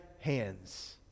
hands